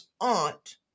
aunt